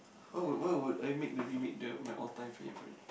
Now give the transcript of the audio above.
why would why would I make the remade the my all time favourite